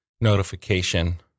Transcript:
notification